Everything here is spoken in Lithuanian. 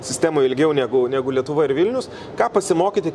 sistemoj ilgiau negu negu lietuva ir vilnius ką pasimokyti